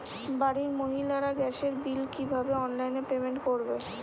বাড়ির মহিলারা গ্যাসের বিল কি ভাবে অনলাইন পেমেন্ট করবে?